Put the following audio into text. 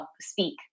speak